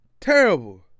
terrible